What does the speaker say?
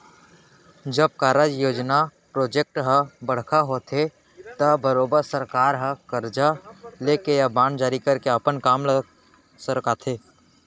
जब कारज, योजना प्रोजेक्ट हर बड़का होथे त बरोबर सरकार हर करजा लेके या बांड जारी करके अपन काम ल सरकाथे